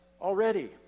already